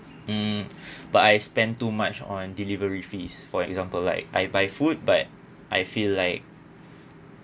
mm but I spend too much on delivery fees for example like I buy food but I feel like